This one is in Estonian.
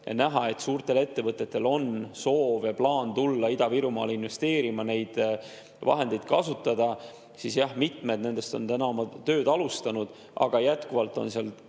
oli näha, et suurtel ettevõtetel on soov ja plaan tulla Ida-Virumaale investeerima, neid vahendeid kasutada. Jah, mitmed nendest on oma tööd alustanud, aga jätkuvalt on seal